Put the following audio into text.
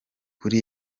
kuri